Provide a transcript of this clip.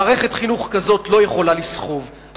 מערכת חינוך כזאת לא יכולה לסחוב.